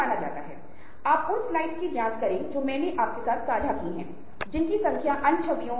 मैं किसी ऐसे व्यक्ति को जानता हूं जो शायद एक राजनीतिज्ञ है जिसका कुछ प्रभाव है